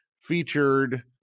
featured